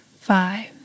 five